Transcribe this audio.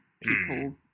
people